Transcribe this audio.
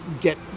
get